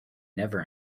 never